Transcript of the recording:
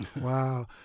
Wow